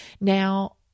Now